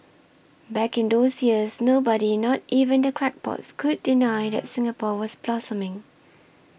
back in those years nobody not even the crackpots could deny that Singapore was blossoming